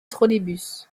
trolleybus